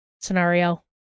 scenario